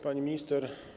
Pani Minister!